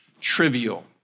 trivial